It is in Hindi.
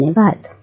धन्यवाद